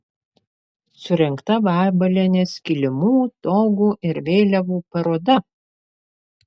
surengta vabalienės kilimų togų ir vėliavų paroda